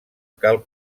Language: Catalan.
cal